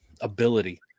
ability